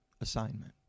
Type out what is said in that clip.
assignment